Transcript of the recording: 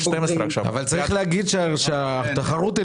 צריך לומר שהתחרות היא